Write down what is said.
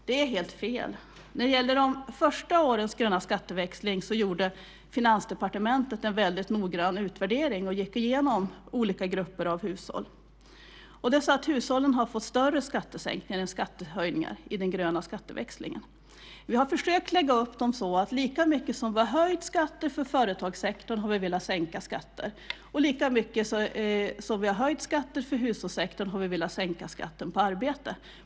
Det är helt fel. När det gäller grön skatteväxling under de första åren gjorde Finansdepartementet en väldigt noggrann utvärdering och gick igenom olika grupper av hushåll. Hushållen har fått större skattesänkningar än skattehöjningar genom den gröna skatteväxlingen. Vi har försökt att lägga upp det så att lika mycket som vi höjt skatter för företagssektorn har vi velat sänka skatter, och lika mycket som vi höjt skatter för hushållssektorn har vi velat sänka skatten på arbete.